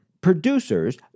producers